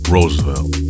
Roosevelt